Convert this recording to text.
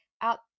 out